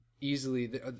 easily